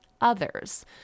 others